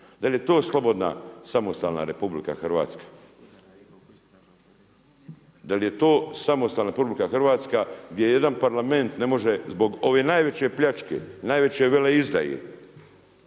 Da li je to slobodna samostalna RH? Da li je to samostalna RH gdje jedan Parlament ne može zbog ove najveće pljačke, najveće veleizdaje,